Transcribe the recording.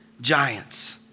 giants